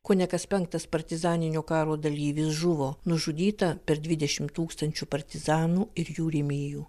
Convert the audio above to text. kone kas penktas partizaninio karo dalyvis žuvo nužudyta per dvidešimt tūkstančių partizanų ir jų rėmėjų